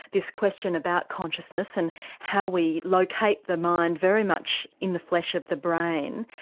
this question about consciousness and how we locate the mind very much in the flesh of the brain.